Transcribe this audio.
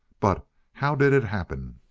but how did it happen?